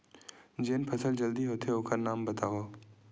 जेन फसल जल्दी होथे ओखर नाम बतावव?